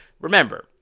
Remember